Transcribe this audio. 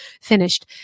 finished